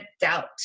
doubt